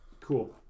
Cool